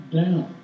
down